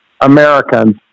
Americans